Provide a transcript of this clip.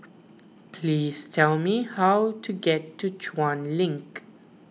please tell me how to get to Chuan Link